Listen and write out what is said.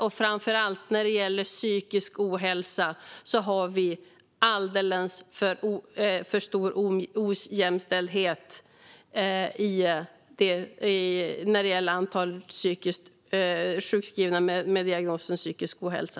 Och framför allt när det gäller psykisk ohälsa är det alldeles för stor ojämställdhet i fråga om antalet sjukskrivna med diagnosen psykisk ohälsa.